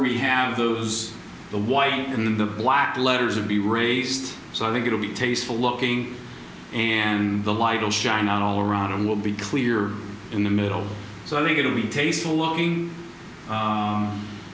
we have those the white in the black letters and be raised so i think it'll be tasteful looking and the light will shine out all around and will be clear in the middle so i think it will be tasteful looking